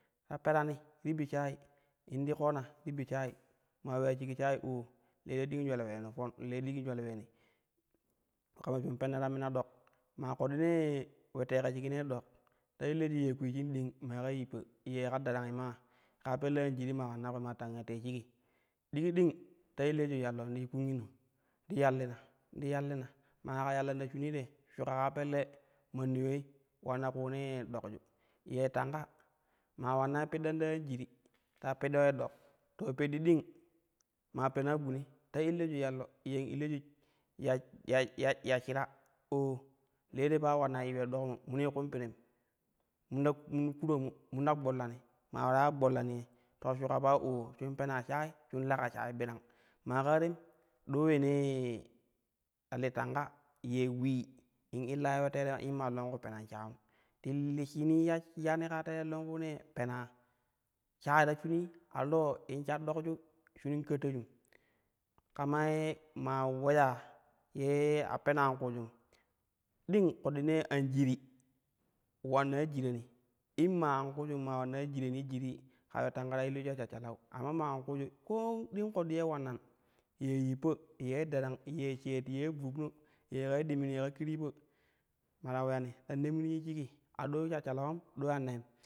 Ta perani ti bi shayi, in ti roona ti bi shayi, maa uleya shik shayi oi leyye ding jwal uleno fo leyye ding jwal uleen kamo shun penna ta mima dok. Maa ƙoɗɗinee ule teeka shikine ye dok, ta illaju ya kwii shin ding maa ka yippa ye ka darangi maa kaa pelle anjiri maa wanna kwii maa tanga tee shigi, digi ding ta illaji ya llo ti ƙungina, ti yallina ti yallina ma yika yallina ta shinii te shuka kaa pelle manni ulei ulanna ƙuunee ɗok ju ye tanka, maa ulannai piddani ta anjiri, ta piddo ye dok to pedddi ding maa pena guni ta illaju yallo ye illaju ya ya ya ya shira oo le te pa ulannai yiu ye ɗokmu mini ƙum pirim mun ta ku mun kuro mu mun ta gbollani maa ularai gbollani ye to shuuka pa oo shun pena shayi shun leka shayi birang maa ƙaa tem ɗo uleenee ta li tamka ye ulil in illai ya ule teerom in maa longku penon shayum, ti li shimi ya yani kaa teerei longkuunee pena shayi ta shinii a lewo in shar ɗokju in kattajum ƙama ye maa uleya ye a peno an ƙuujum ding ƙoɗɗinee anjiri wannani jirani in maa anƙuujum maa wannai jirani in maa anƙuukim maa wannai jirani jirii ka ule tanka ta illajui ya shashshalau, amma maa anƙuuju koo ding ƙoɗɗinee ulannan ye yippa ye darang ye shaat, ye vubna, ye ka ye dimin, ye ƙa ƙiryippa ina ta uleyani ta nemrujui shigi a do shashshalaum a do ya neem.